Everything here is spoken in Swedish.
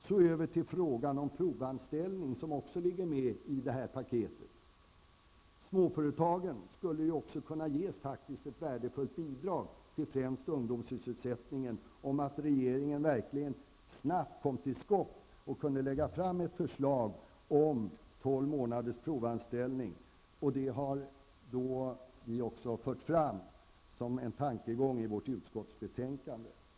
Så över till frågan om provanställning, som också ligger med i detta paket. Småföretagen skulle också kunna ge ett värdefullt bidrag till främst ungdomssysselsättningen om regeringen verkligen snabbt kom till skott och kunde lägga fram ett förslag om tolv månaders provanställning. Det har vi också fört fram som en tankegång i utskottsbetänkandet.